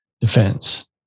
defense